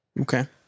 Okay